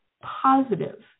positive